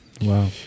Wow